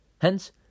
Hence